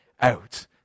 out